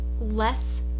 less